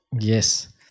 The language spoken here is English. Yes